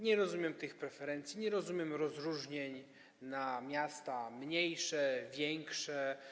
Nie rozumiem tych preferencji, nie rozumiem rozróżnienia na miasta mniejsze i większe.